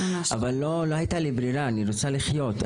אבל לא הייתה לי ברירה, אני רוצה לחיות.